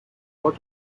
what